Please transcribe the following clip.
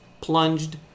plunged